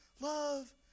love